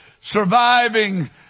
Surviving